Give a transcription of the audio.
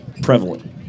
prevalent